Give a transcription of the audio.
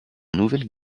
nouvelle